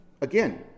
again